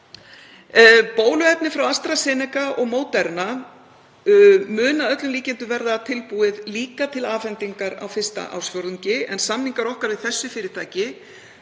Bóluefni frá AstraZeneca og Moderna mun að öllum líkindum verða tilbúið líka til afhendingar á fyrsta ársfjórðungi en samningar okkar við þessi fyrirtæki